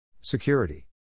Security